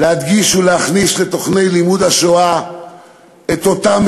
להדגיש ולהכניס לתוכני לימוד השואה את אותם